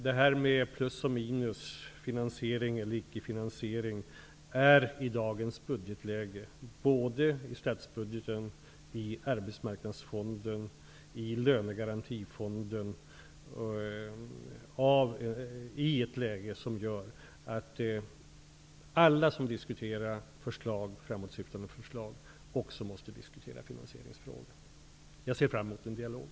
Det här med plus och minus, finansiering eller icke finansiering, är i dagens budgetläge -- vad gäller såväl statsbudgeten som Arbetsmarknadsfonden och Lönegarantifonden -- sådant som alltid måste diskuteras när man diskuterar framåtsyftande förslag. Jag ser fram emot en dialog.